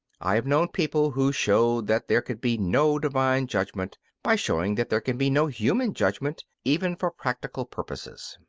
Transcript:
i have known people who showed that there could be no divine judgment by showing that there can be no human judgment, even for practical purposes.